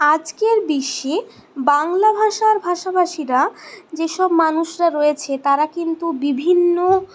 আজকের বিশ্বে বাংলা ভাষার ভাষাভাষীরা যেসব মানুষরা রয়েছে তারা কিন্তু বিভিন্ন